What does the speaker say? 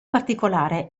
particolare